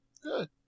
Good